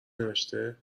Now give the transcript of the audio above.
نوشته